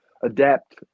adapt